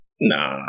nah